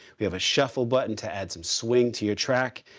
we have a shuffle button to add some swing to your track.